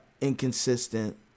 inconsistent